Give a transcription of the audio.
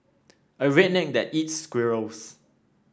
a redneck that eats squirrels